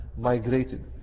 migrated